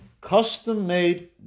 custom-made